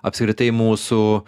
apskritai mūsų